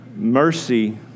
Mercy